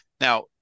Now